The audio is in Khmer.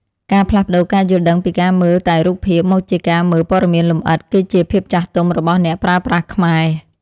ការផ្លាស់ប្តូរការយល់ដឹងពីការមើលតែរូបភាពមកជាការមើលព័ត៌មានលម្អិត គឺជាភាពចាស់ទុំរបស់អ្នកប្រើប្រាស់ខ្មែរ។